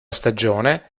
stagione